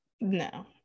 no